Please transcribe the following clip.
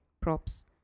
props